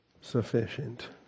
sufficient